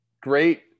great